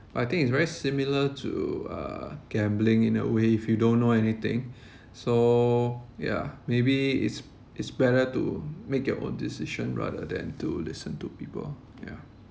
I think it's very similar to uh gambling in a way if you don't know anything so yeah maybe it's it's better to make your own decision rather than to listen to people yeah